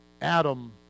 Adam